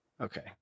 okay